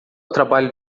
trabalho